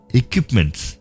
equipments